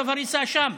צו הריסה שם.